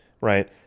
Right